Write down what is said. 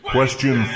Question